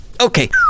Okay